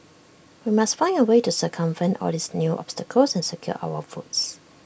we must find A way to circumvent all these new obstacles and secure our votes